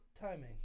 timing